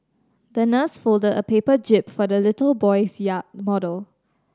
the nurse folded a paper jib for the little boy's yacht model